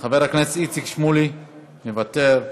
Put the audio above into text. חבר הכנסת איציק שמולי, מוותר,